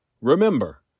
Remember